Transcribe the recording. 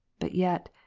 but yet,